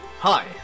Hi